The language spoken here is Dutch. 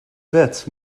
wet